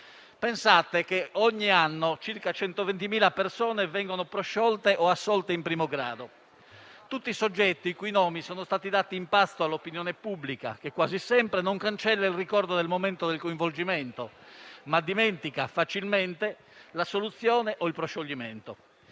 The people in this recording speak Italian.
che ogni anno circa 120.000 persone vengono prosciolte o assolte in primo grado: tutti soggetti i cui nomi sono stati dati in pasto all'opinione pubblica, che quasi sempre non cancella il ricordo del momento del coinvolgimento, ma dimentica facilmente l'assoluzione o il proscioglimento.